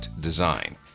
Design